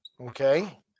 Okay